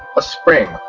a spring,